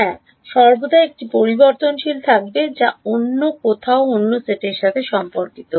হ্যাঁ সর্বদা একটি পরিবর্তনশীল থাকবে যা অন্য কোথাও অন্য সেটের সাথে সম্পর্কিত